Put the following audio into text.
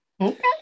Okay